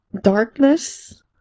darkness